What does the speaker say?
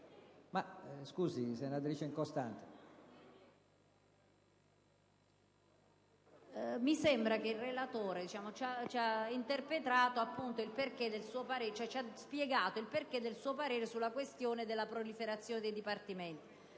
mi sembra che il relatore ci abbia spiegato il perché del suo parere contrario sulla questione della proliferazione dei dipartimenti.